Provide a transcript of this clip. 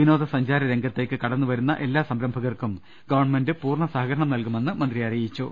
വിനോദ സഞ്ചാര രംഗത്തേക്ക് കടന്നുവരുന്ന എല്ലാ സംരംഭകർക്കും ഗവൺമെന്റ് പൂർണ്ണ സഹകരണം നൽകുമെന്ന് മന്ത്രി പറഞ്ഞു